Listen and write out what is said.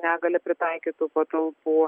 su negalia pritaikytų patalpų